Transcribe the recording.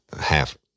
half